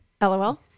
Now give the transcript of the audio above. LOL